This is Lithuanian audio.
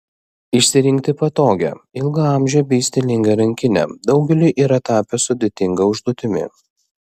išsirinkti patogią ilgaamžę bei stilingą rankinę daugeliui yra tapę sudėtinga užduotimi